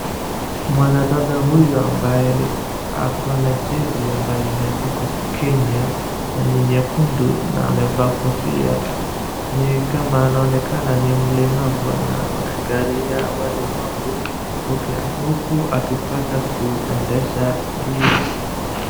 Mwandada huyu ambaye ako na jezi ambaye imeandikwa Kenya na ni nyekundu na amevaa kofia. Ni kama anaonekana ni mlemavu na ako gari ya walemavu huku akitaka kuendesha hii.